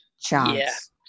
chance